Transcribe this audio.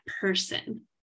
person